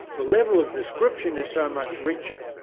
the level of description is so much richer,